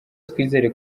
twizere